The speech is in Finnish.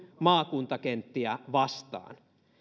maakuntakenttiä vastaan